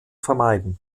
vermeiden